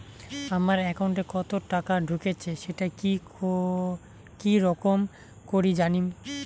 আমার একাউন্টে কতো টাকা ঢুকেছে সেটা কি রকম করি জানিম?